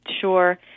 Sure